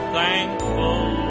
thankful